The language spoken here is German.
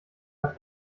hat